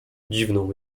dziwną